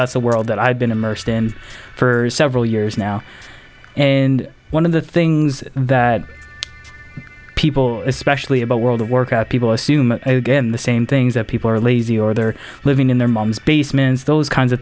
that's a world that i've been immersed in for several years now and one of the things that people especially about world work out people assume again the same things that people are lazy or they're living in their mom's basements those kinds of